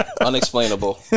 unexplainable